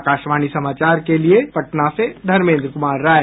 आकाशवाणी समाचार के लिए पटना से धर्मेन्द्र कुमार राय